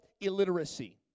illiteracy